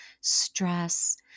stress